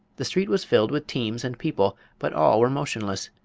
the street was filled with teams and people, but all were motionless.